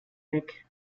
weg